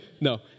No